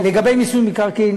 לגבי מיסוי מקרקעין,